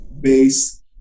base